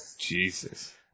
Jesus